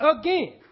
again